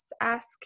ask